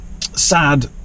sad